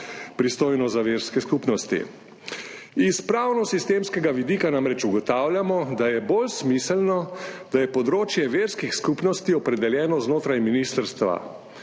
pristojno za verske skupnosti. Iz pravno-sistemskega vidika namreč ugotavljamo, da je bolj smiselno, da je področje verskih skupnosti opredeljeno znotraj ministrstva.